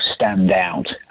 standout